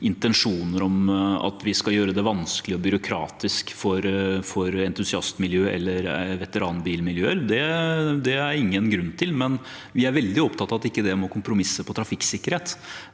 intensjoner om at vi skal gjøre det vanskelig og byråkratisk for entusiastmiljøet eller veteranbilmiljøet. Det er det ingen grunn til. Men vi er veldig opptatt av at det ikke må kompromisse med trafikksikkerhet.